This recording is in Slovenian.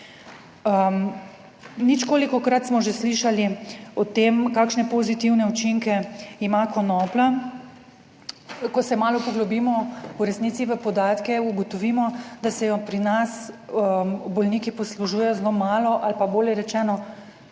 Ničkolikokrat smo že slišali o tem kakšne pozitivne učinke ima konoplja. Ko se malo poglobimo v resnici v podatke, ugotovimo, da se jo pri nas bolniki poslužujejo zelo malo ali pa bolje rečeno